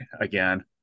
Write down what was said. again